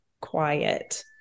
quiet